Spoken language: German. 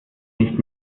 nicht